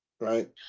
Right